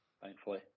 Thankfully